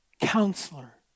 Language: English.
Counselor